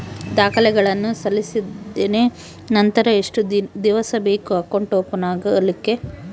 ದಾಖಲೆಗಳನ್ನು ಸಲ್ಲಿಸಿದ್ದೇನೆ ನಂತರ ಎಷ್ಟು ದಿವಸ ಬೇಕು ಅಕೌಂಟ್ ಓಪನ್ ಆಗಲಿಕ್ಕೆ?